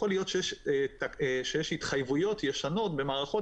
יכול להיות שיש התחייבויות ישנות במערכות